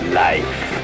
life